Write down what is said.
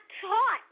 taught